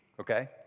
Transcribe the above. okay